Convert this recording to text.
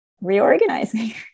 reorganizing